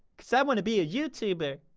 cause i wanna be a youtuber!